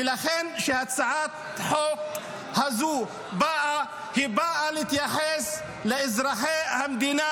ולכן הצעת החוק הזו באה להתייחס לאזרחי המדינה